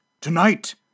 Tonight